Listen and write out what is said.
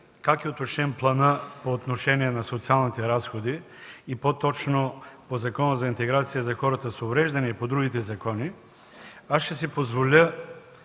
как е уточнен планът по отношение на социалните разходи, и по-точно по Закона за интеграция на хората с увреждания и по другите закони, ще си позволя,